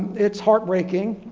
it's heartbreaking,